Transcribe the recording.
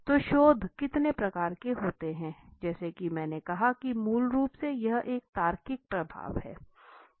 तो शोध कितने प्रकार के होते हैं जैसा कि मैंने कहा कि मूल रूप से यह एक तार्किक प्रवाह है